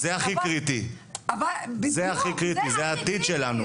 זה הכי קריטי, זה העתיד שלנו.